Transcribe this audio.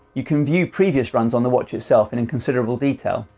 you can view previous runs on the watch itself, and in considerable detail.